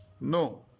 No